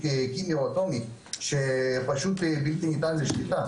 כימי או אטומי שפשוט בלתי ניתן לשליטה.